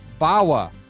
Bawa